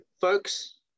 folks